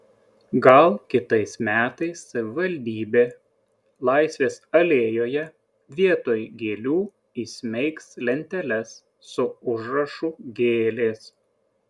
gal kitais metais savivaldybė laisvės alėjoje vietoj gėlių įsmeigs lenteles su užrašu gėlės